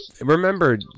Remember